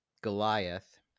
Goliath